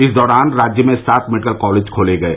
इस दौरान राज्य में सात मेडिकल कॉलेज खोले गये